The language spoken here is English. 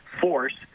force